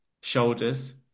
shoulders